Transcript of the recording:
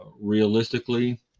realistically